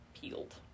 peeled